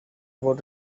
about